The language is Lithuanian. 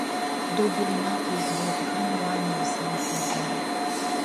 daugelį metų jis buvo tikra nelaimė visam kornvaliui